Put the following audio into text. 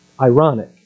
ironic